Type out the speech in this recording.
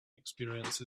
experience